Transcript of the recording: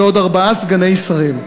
ועוד ארבעה סגני שרים.